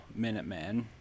Minuteman